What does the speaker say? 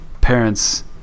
parents